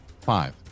Five